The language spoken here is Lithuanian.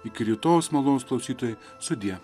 iki rytojaus malonūs klausytojai sudie